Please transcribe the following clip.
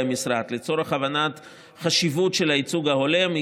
המשרד לצורך הבנת חשיבות הייצוג ההולם,